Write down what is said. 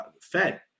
Fed